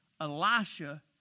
Elisha